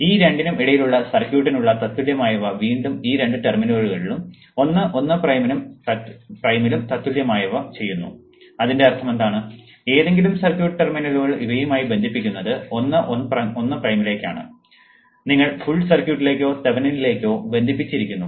ഈ രണ്ടിനും ഇടയിലുള്ള സർക്യൂട്ടിനുള്ള തത്തുല്യമായവ വീണ്ടും ഈ രണ്ട് ടെർമിനലുകളിലും 1 1 പ്രൈമിലും തത്തുല്യമായവ ചെയ്യുന്നു അതിന്റെ അർത്ഥമെന്താണ് ഏതെങ്കിലും സർക്യൂട്ട് ടെർമിനലുകൾ ഇവയുമായി ബന്ധിപ്പിച്ചിരിക്കുന്നത് 1 1 പ്രൈമിലേക്കാണ് നിങ്ങൾ ഫുൾ സർക്യൂട്ടിലേക്കോ തെവെനിനിലേക്കോ ബന്ധിപ്പിച്ചിരിക്കുന്നു